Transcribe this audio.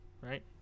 right